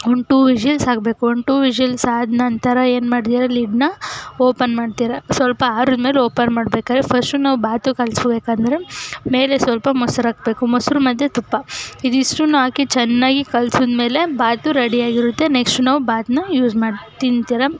ಒಂದು two whistles ಆಗಬೇಕು ಒಂದು ಟು ವಿಷಿಲ್ಸ್ ಆದ ನಂತರ ಏನು ಮಾಡ್ತೀರ ಲಿಡ್ನ ಓಪನ್ ಮಾಡ್ತೀರಾ ಸ್ವಲ್ಪ ಆರಿದ್ಮೇಲೆ ಓಪನ್ ಮಾಡಬೇಕಾದ್ರೆ ಫಸ್ಟು ನಾವು ಬಾತು ಕಲಿಸ್ಬೇಕಂದ್ರೆ ಮೇಲೆ ಸ್ವಲ್ಪ ಮೊಸರಾಕ್ಬೇಕು ಮೊಸರು ಮತ್ತು ತುಪ್ಪ ಇದಿಷ್ಟನ್ನೂ ಹಾಕಿ ಚೆನ್ನಾಗಿ ಕಲಸಿದ್ಮೇಲೆ ಬಾತು ರೆಡಿಯಾಗಿರುತ್ತೆ ನೆಕ್ಸ್ಟು ನಾವು ಬಾತನ್ನ ಯೂಸ್ ಮಾಡಿ ತಿಂತೀರ